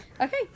Okay